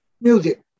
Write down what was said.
music